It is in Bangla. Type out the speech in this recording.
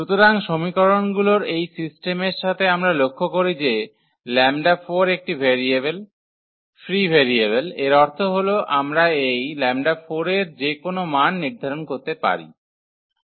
সুতরাং সমীকরণগুলির এই সিস্টেমের সাথে আমরা লক্ষ্য করি যে λ4 একটি ফ্রী ভেরিয়েবল ফ্রী ভেরিয়েবল এর অর্থ হল আমরা এই λ4 এর যে কোন মান নির্ধারণ করতে পারি